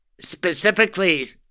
specifically